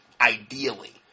ideally